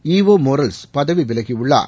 ஈவோ Morales பதவி விலகியுள்ளார்